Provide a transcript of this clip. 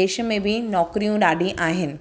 देश में बि नौकिरियूं ॾाढी आहिनि